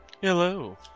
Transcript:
hello